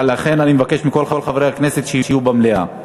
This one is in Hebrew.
לכן אני מבקש מכל חברי הכנסת שיהיו במליאה.